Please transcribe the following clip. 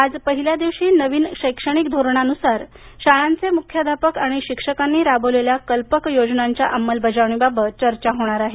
आज पहिल्या दिवशी नविन शैक्षणिक धोरणानूसार शाळांचे मुख्याध्यापक आणि शिक्षकांनी राबविलेल्या कल्पक योजनांच्या अंमलबजावणीबाबत चर्चा होणार आहे